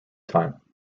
time